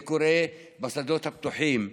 זה קורה בשדות הפתוחים.